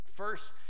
First